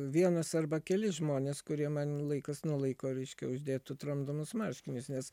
vienas arba keli žmonės kurie man laikas nuo laiko reiškia uždėtų tramdomus marškinius nes